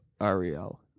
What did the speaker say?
Ariel